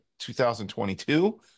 2022